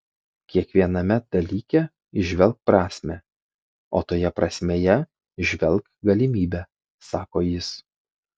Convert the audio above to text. kiekviename dalyke įžvelk prasmę o toje prasmėje įžvelk galimybę sako jis